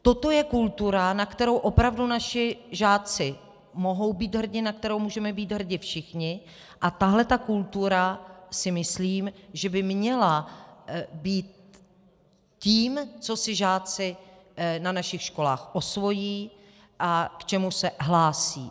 Toto je kultura, na kterou opravdu naši žáci mohou být hrdi, na kterou můžeme být hrdi všichni, a tahleta kultura, si myslím, že by měla být tím, co si žáci na našich školách osvojí a k čemu se hlásí.